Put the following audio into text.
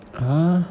!huh!